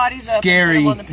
scary